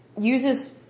uses